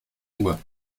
uhr